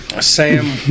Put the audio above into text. Sam